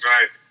Right